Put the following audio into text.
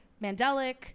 mandelic